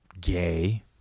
gay